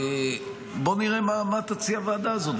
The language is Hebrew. בוא נראה מה תציע הוועדה הזאת,